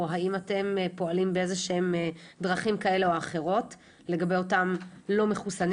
או האם אתם פועלים באיזשהם דרכים כאלה או אחרות לגבי אותם לא מחוסנים